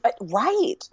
Right